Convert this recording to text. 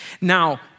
Now